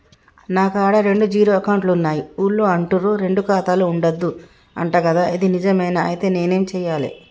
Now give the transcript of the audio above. నా కాడా రెండు జీరో అకౌంట్లున్నాయి ఊళ్ళో అంటుర్రు రెండు ఖాతాలు ఉండద్దు అంట గదా ఇది నిజమేనా? ఐతే నేనేం చేయాలే?